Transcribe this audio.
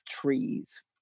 trees